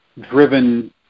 driven